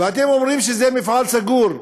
ואתם אומרים שזה מפעל סגור.